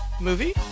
movie